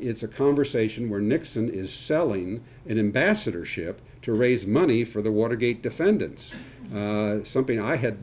it's a conversation where nixon is selling an ambassadorship to raise money for the wall gate defendants something i had